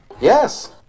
Yes